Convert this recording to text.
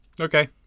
Okay